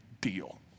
deal